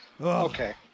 okay